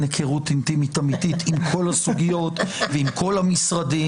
היכרות אינטימית אמיתית עם כל הסוגיות ועם כל המשרדים,